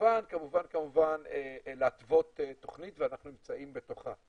וכמובן כמובן להתוות תכנית, ואנחנו נמצאים בתוכה.